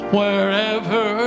wherever